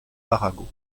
arago